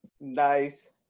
Nice